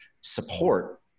support